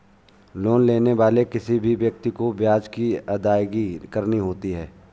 loan लेने वाले किसी भी व्यक्ति को ब्याज की अदायगी करनी होती है